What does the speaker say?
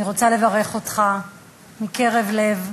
אני רוצה לברך אותך מקרב לב.